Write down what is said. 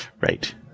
right